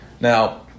Now